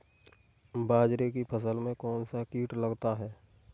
बाजरे की फसल में कौन सा कीट लगता है?